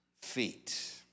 feet